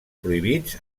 prohibits